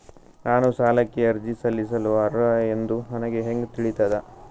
ನಾನು ಸಾಲಕ್ಕೆ ಅರ್ಜಿ ಸಲ್ಲಿಸಲು ಅರ್ಹ ಎಂದು ನನಗೆ ಹೆಂಗ್ ತಿಳಿತದ?